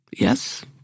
Yes